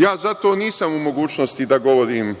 Ja zato nisam u mogućnosti da govorim